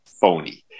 phony